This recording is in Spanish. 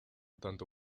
tanto